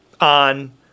on